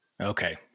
Okay